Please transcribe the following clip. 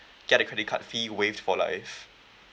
get the credit card fee waived for life